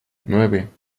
nueve